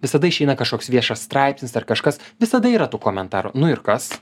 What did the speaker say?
visada išeina kažkoks viešas straipsnis ar kažkas visada yra tų komentarų nu ir kas